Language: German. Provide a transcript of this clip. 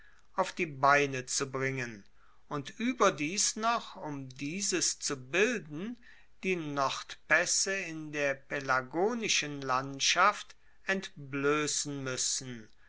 auf die beine zu bringen und ueberdies noch um dieses zu bilden die nordpaesse in der pelagonischen landschaft entbloessen muessen